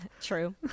True